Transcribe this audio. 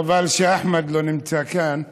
חבל שאחמד לא נמצא כאן,